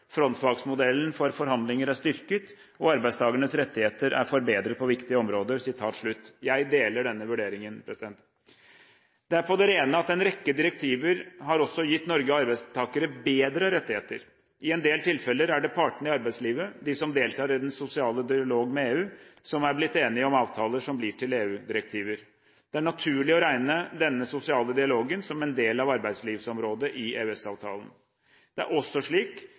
frontfagsmodellen for forhandlinger er styrket, og arbeidstakernes rettigheter er forbedret på viktige områder.» Jeg deler denne vurderingen. Det er på det rene at en rekke direktiver har gitt også norske arbeidstakere bedre rettigheter. I en del tilfeller er det partene i arbeidslivet – de som deltar i den sosiale dialog med EU – som er blitt enige om avtaler som blir til EU-direktiver. Det er naturlig å regne denne sosiale dialogen som en del av arbeidslivsområdet i EØS-avtalen. Det er også slik